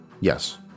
Yes